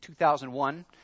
2001